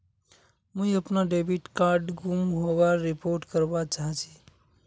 मुई अपना debit card गूम होबार रिपोर्ट करवा चहची